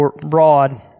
broad